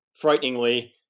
frighteningly